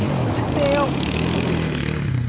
so this sale is kind of weird.